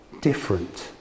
different